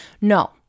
No